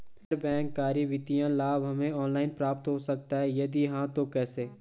गैर बैंक करी वित्तीय लाभ हमें ऑनलाइन प्राप्त हो सकता है यदि हाँ तो कैसे?